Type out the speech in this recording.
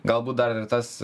galbūt dar ir tas